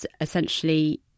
essentially